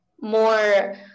more